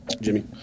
Jimmy